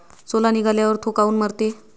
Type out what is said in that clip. सोला निघाल्यावर थो काऊन मरते?